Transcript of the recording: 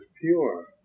pure